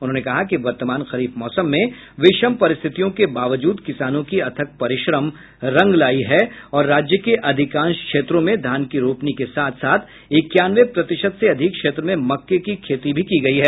उन्होंने कहा कि वर्तमान खरीफ मौसम में विषम परिस्थितियों के बावजूद किसानों की अथक परिश्रम रंग लायी है और राज्य के अधिकांश क्षेत्रों में धान की रोपनी के साथ इक्यानवे प्रतिशत से अधिक क्षेत्र में मक्के की खेती भी की गयी है